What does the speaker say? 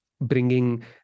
bringing